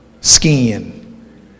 skin